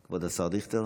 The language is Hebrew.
כבוד השר דיכטר?